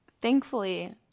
Thankfully